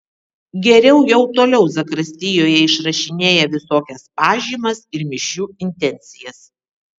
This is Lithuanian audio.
geriau jau toliau zakristijoje išrašinėja visokias pažymas ir mišių intencijas